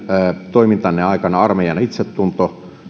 toimintanne aikana armeijan itsetunto